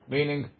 Meaning